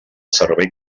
servei